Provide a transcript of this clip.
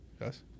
Yes